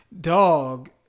Dog